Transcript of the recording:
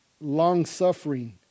long-suffering